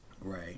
Right